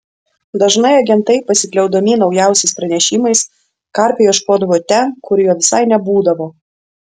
dažnai agentai pasikliaudami naujausiais pranešimais karpio ieškodavo ten kur jo visai nebūdavo